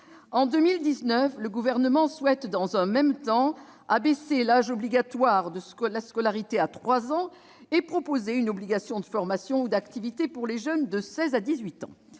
En 2019, le Gouvernement souhaite, en même temps, abaisser l'âge obligatoire de la scolarité à 3 ans et proposer une obligation de formation ou d'activité pour les jeunes de 16 à 18 ans.